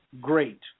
Great